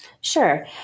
Sure